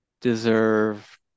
deserve